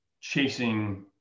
chasing